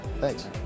thanks